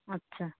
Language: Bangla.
আচ্ছা